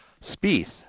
Spieth